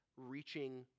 reaching